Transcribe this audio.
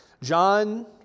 John